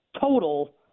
Total –